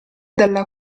dalla